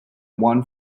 one